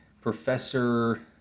Professor